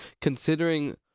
Considering